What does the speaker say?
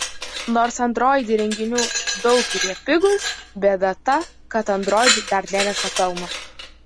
nors android įrenginių daug ir jie pigūs bėda ta kad android dar neneša pelno